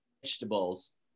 vegetables